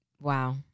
Wow